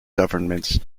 governments